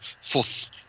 fourth